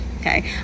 okay